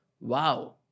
Wow